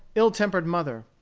ill-tempered mother.